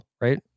right